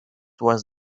has